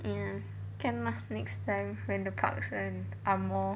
ya can lah next time when the parks are more